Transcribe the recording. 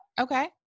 Okay